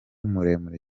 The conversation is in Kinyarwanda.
muremure